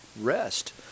rest